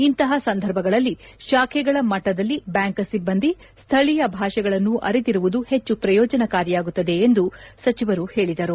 ಇಂತಹ ಸಂದರ್ಭಗಳಲ್ಲಿ ಶಾಖೆಗಳ ಮಟ್ಟದಲ್ಲಿ ಬ್ಯಾಂಕ್ ಸಿಬ್ಬಂದಿ ಸ್ಕಳೀಯ ಭಾಷೆಗಳನ್ನು ಅರಿತಿರುವುದು ಹೆಚ್ಚು ಪ್ರಯೋಜನಕಾರಿಯಾಗುತ್ತದೆ ಎಂದು ಸಚಿವರು ಹೇಳಿದರು